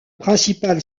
principal